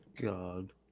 God